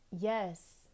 Yes